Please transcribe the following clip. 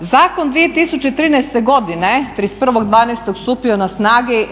Zakon 2013. godine, 31.12. je stupio na snagu i